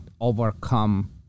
overcome